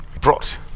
brought